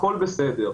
הכול בסדר.